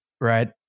Right